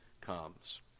comes